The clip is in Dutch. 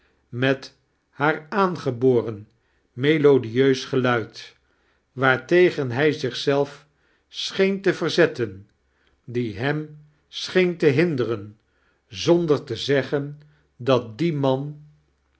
met haar aangeboien melodieus geluid waartegen hij zichzelf scheen te verzetten die hem scheen te hindeiren zonder t zeggen dat die man